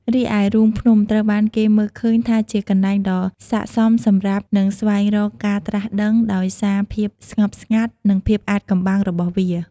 រីឯរូងភ្នំ ត្រូវបានគេមើលឃើញថាជាកន្លែងដ៏ស័ក្តិសមសម្រាប់ និង ស្វែងរកការត្រាស់ដឹង ដោយសារភាពស្ងប់ស្ងាត់ និងភាពអាថ៌កំបាំងរបស់វា។